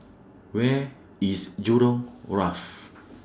Where IS Jurong Wharf